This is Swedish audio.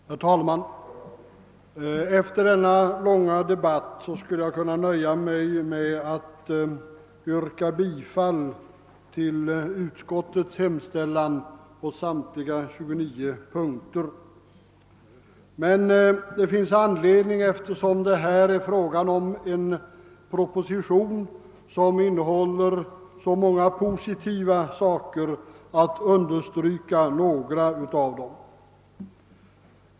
Herr talman! Efter denna långa debatt skulle jag kunna nöja mig med att yrka bifall till utskottets hemställan på samtliga 29 punkter. Men eftersom det gäller en proposition, som innehåller så många positiva saker, finns det anledning att understryka några av dem.